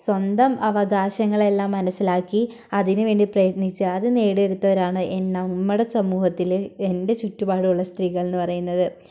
സ്വന്തം അവകാശങ്ങളെല്ലാം മനസ്സിലാക്കി അതിനു വേണ്ടി പ്രയത്നിച്ച അതു നേടിയെടുത്തവരാണ് നമ്മുടെ സമൂഹത്തിൽ എന്റെ ചുറ്റുപാടും ഉള്ള സ്ത്രീകൾ എന്നു പറയുന്നത്